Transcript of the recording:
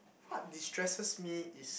what distresses me is